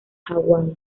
hawaii